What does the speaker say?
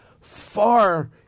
far